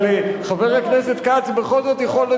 אבל חבר הכנסת כץ בכל זאת יכול,